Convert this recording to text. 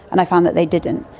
and i found that they didn't.